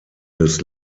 des